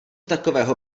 takového